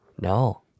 No